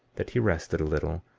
that he rested a little,